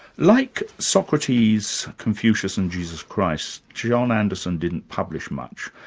like socrates, confucius and jesus christ, john anderson didn't publish much,